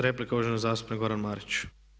Replika, uvažena zastupnik Goran Marić.